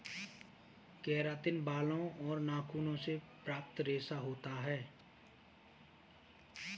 keratin बालों और नाखूनों से प्राप्त रेशा होता है